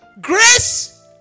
grace